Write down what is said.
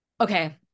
okay